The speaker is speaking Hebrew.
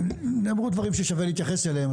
נאמרו דברים ששווה להתייחס אליהם.